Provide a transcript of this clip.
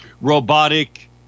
Robotic